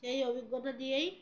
সেই অভিজ্ঞতা দিয়েই